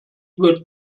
wird